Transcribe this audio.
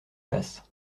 faces